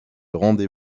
rendez